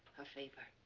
a favour.